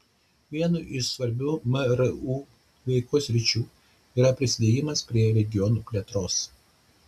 viena iš svarbių mru veikos sričių yra prisidėjimas prie regionų plėtros